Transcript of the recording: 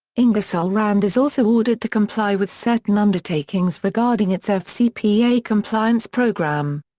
ingersoll-rand is also ordered to comply with certain undertakings regarding its ah fcpa compliance program.